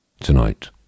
Tonight